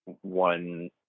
one